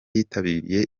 yitabiriye